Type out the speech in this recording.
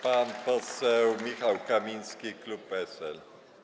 Pan poseł Michał Kamiński, klub PSL.